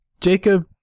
jacob